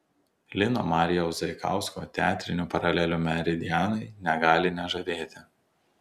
lino marijaus zaikausko teatrinių paralelių meridianai negali nežavėti